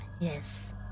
Yes